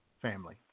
family